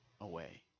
away